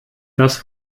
das